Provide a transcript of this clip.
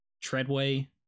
Treadway